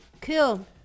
cool